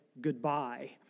goodbye